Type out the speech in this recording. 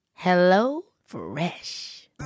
HelloFresh